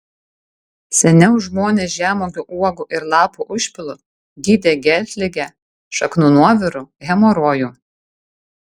seniau žmonės žemuogių uogų ir lapų užpilu gydė geltligę šaknų nuoviru hemorojų